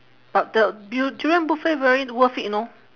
but the du~ durian buffet very worth it you know